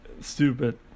stupid